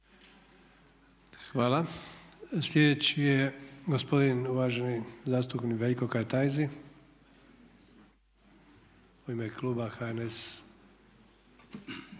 Hvala. Sljedeći je gospodin uvaženi zastupnik Veljko Kajtazi u ime Kluba